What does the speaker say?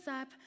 up